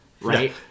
Right